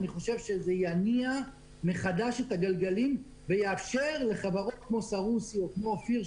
אני חושב שזה יניע מחדש את הגלגלים ויאפשר לחברות כמו סרוסי ואופיר,